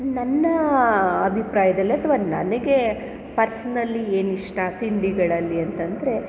ನನ್ನ ಅಭಿಪ್ರಾಯದಲ್ಲಿ ಅಥವಾ ನನಗೆ ಪರ್ಸ್ನಲಿ ಏನಿಷ್ಟ ತಿಂಡಿಗಳಲ್ಲಿ ಅಂತಂದರೆ